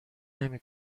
نمی